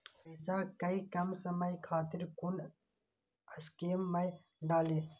पैसा कै कम समय खातिर कुन स्कीम मैं डाली?